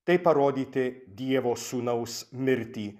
tai parodyti dievo sūnaus mirtį